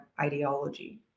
ideology